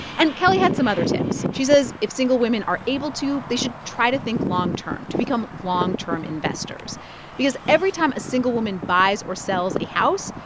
and kelly had some other tips. she says if single women are able to, they should try to think long-term, to become long-term investors because every time a single woman buys or sells a house,